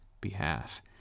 behalf